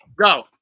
Go